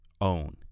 own